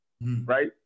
Right